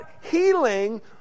healing